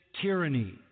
tyranny